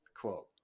quote